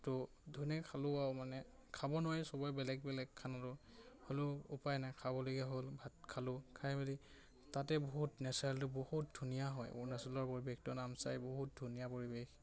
তো ধুনীয়াকে খালোঁ আৰু মানে খাব নোৱাৰি চবৰে বেলেগ বেলেগ খানাটো হ'লেও উপায় নাই খাবলগীয়া হ'ল ভাত খালোঁ খাই মেলি তাতে বহুত নেচাৰেলটো বহুত ধুনীয়া হয় অৰুণাচলৰ পৰিৱেশটো নামচাই বহুত ধুনীয়া পৰিৱেশ